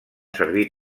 servir